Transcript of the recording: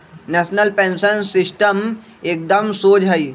national pension system एकदम शोझ हइ